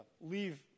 leave